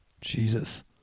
jesus